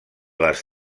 les